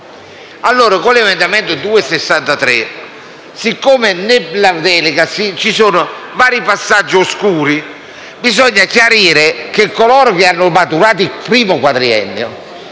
presentato l'emendamento 2.63. Siccome nella delega ci sono vari passaggi oscuri, bisogna chiarire che coloro che hanno maturato il primo quadriennio